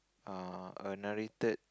uh a narrated